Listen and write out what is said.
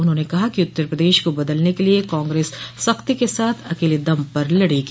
उन्होंने कहा कि उत्तर प्रदेश को बदलने के लिये कांग्रेस सख्ती के साथ अकेले दम पर लड़ेगी